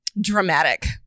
dramatic